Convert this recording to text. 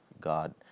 God